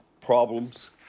problems